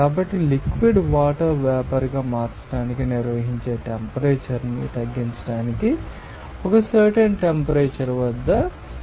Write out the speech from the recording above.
కాబట్టి liquid water vapour గా మార్చడానికి నిర్వహించే టెంపరేచర్ను తగ్గించడానికి ఒక సర్టెన్ టెంపరేచర్ వద్ద విజ్ఞప్తి